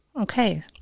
Okay